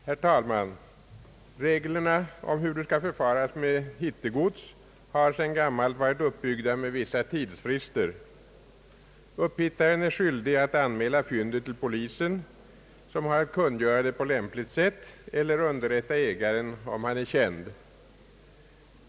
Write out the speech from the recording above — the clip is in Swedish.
Herr talman! Reglerna om hur det skall förfaras med hittegods har sedan gammalt varit uppbyggda med vissa tidsfrister. Upphittaren är skyldig att anmäla fyndet till polisen, som har att kungöra det på lämpligt sätt eller unrätta ägaren, om han är känd.